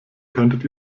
könntet